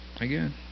Again